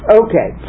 okay